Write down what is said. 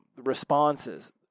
responses